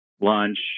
lunch